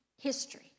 history